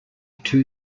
two